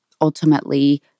ultimately